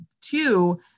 two